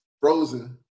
frozen